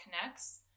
connects